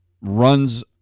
runs